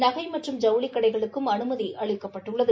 நகை மற்றும் ஜவுளிக் கடைகளுக்கும் அனுமதி அளிக்கப்பட்டுள்ளது